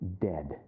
dead